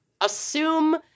assume